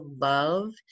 love